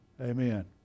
Amen